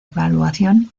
evaluación